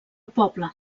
poble